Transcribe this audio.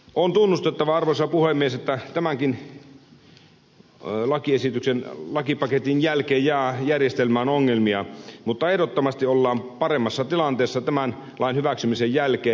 on tunnustettava arvoisa puhemies että tämänkin lakipaketin jälkeen jää järjestelmään ongelmia mutta ehdottomasti ollaan paremmassa tilanteessa tämän lain hyväksymisen jälkeen